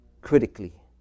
critically